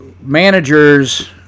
Managers